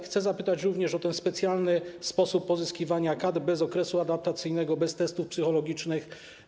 Chcę zapytać również o specjalny sposób pozyskiwania kadr bez okresu adaptacyjnego, bez testów psychologicznych.